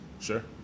Sure